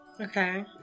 Okay